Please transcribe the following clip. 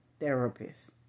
therapists